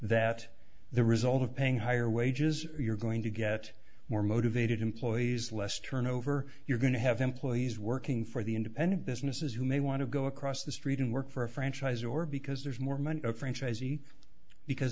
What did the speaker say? that the result of paying higher wages you're going to get more motivated employees less turnover you're going to have employees working for the independent businesses who may want to go across the street and work for a franchise or because there's more